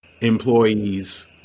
employees